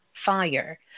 fire